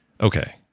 Okay